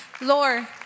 Lord